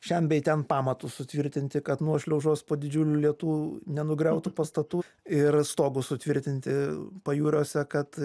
šen bei ten pamatus sutvirtinti kad nuošliaužos po didžiulių lietų nenugriautų pastatų ir stogus sutvirtinti pajūriuose kad